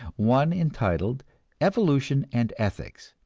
one entitled evolution and ethics,